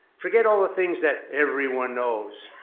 forget all the things that everyone knows.